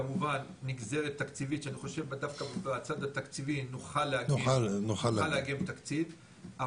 כמובן נגזרת תקציבית שאני חושב שדווקא מהצד התקציבי נוכל לאגם תקציב.